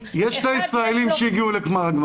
לאחד --- יש שני ישראלים שהגיעו לגמר.